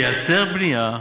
תיאסר בנייה,